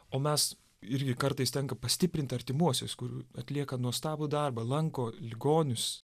o mes irgi kartais tenka pastiprint artimuosius kur atlieka nuostabų darbą lanko ligonius